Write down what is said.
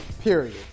Period